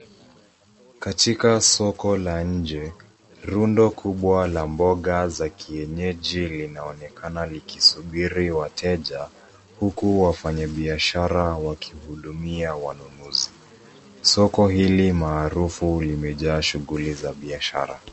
Katika soko la nje rundo kubwa na mboga za kienyeji linaonekana likisubiri wateja huku wafanye biashara wakihudumia wanunuzi. Soko hili maharufu imejaa shughuli za biashara.